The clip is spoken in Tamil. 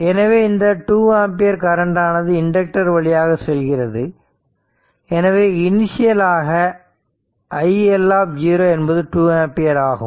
எனவே இந்த 2 ஆம்பியர் கரண்ட் ஆனது இண்டக்டர் வழியாக செல்கிறது எனவே இனிஷியல் ஆக i L என்பது 2 ஆம்பியர் ஆகும்